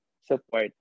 support